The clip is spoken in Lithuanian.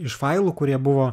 iš failų kurie buvo